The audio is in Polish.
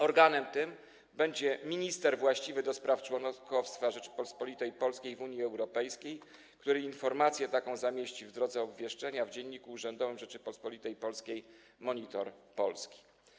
Organem tym będzie minister właściwy do spraw członkostwa Rzeczypospolitej Polskiej w Unii Europejskiej, który taką informację zamieści w drodze obwieszczenia w Dzienniku Urzędowym Rzeczypospolitej Polskiej „Monitor Polski”